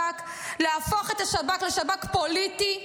להפוך את השב"כ לשב"כ פוליטי,